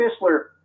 Fischler